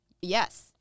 Yes